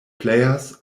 players